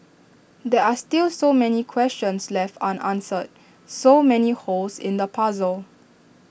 there are still so many questions left unanswered so many holes in the puzzle